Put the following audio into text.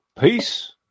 Peace